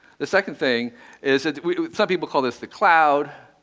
the second thing is that some people call this the cloud,